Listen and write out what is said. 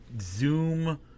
Zoom